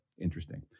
interesting